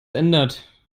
ändert